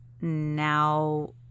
now